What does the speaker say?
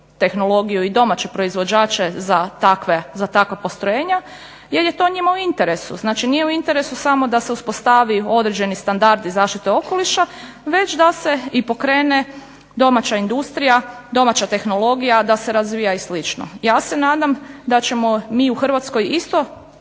tehnologiju i domaće proizvođače za takva postrojenja jer je to njima u interesu. Znači, nije u interesu samo da se uspostave određeni standardi zaštite okoliša već da se i pokrene domaća industrija, domaća tehnologija, da se razvija i slično. Ja se nadam da ćemo mi u Hrvatskoj isto